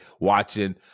watching